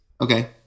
Okay